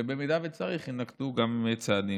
ובמידה שצריך גם יינקטו צעדים.